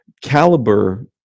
Caliber